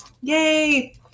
yay